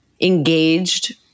engaged